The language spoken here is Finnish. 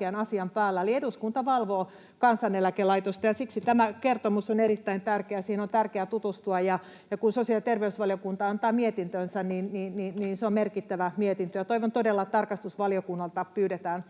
Eli eduskunta valvoo Kansaneläkelaitosta, ja siksi tämä kertomus on erittäin tärkeä ja siihen on tärkeää tutustua. Ja kun sosiaali- ja terveysvaliokunta antaa mietintönsä, niin se on merkittävä mietintö. Toivon todella, että tarkastusvaliokunnalta pyydetään